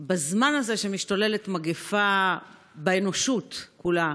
בזמן הזה שמשתוללת מגפה באנושות כולה,